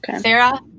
Sarah